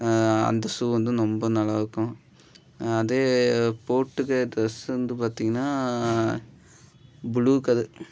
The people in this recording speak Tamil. அந்த ஷூ வந்து ரொம்ப நல்லாருக்கும் அதே போட்டுக்கிற ட்ரெஸ்ஸு வந்து பார்த்தீங்கன்னா ப்ளூ கலர்